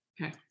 Okay